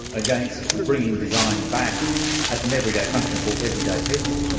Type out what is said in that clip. against bringing design back as an everyday function for everyday people, ah